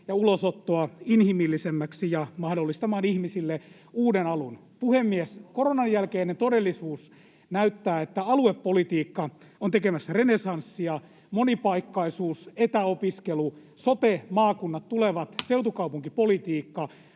ja ulosottoa inhimillisemmäksi mahdollistamaan ihmisille uuden alun. Puhemies! Koronan jälkeinen todellisuus näyttää, että aluepolitiikka on tekemässä renessanssia. Monipaikkaisuus, etäopiskelu, sote-maakunnat tulevat,